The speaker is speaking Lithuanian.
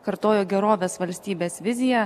kartojo gerovės valstybės viziją